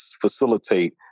facilitate